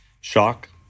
shock